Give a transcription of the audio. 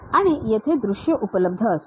आणि येथे दृश्ये उपलब्ध असतील